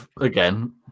again